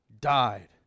died